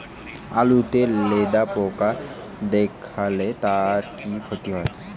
আলুতে লেদা পোকা দেখালে তার কি ক্ষতি হয়?